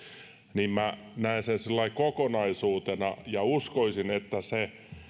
minä näen sen sillä lailla kokonaisuutena ja uskoisin että